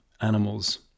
animals